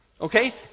okay